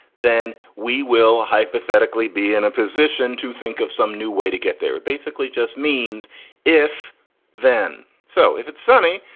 then. we will hypothetically be in a position to think of some new way to get there. it basically just means if then. so if it's sunny,